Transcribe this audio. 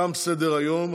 תם סדר-היום.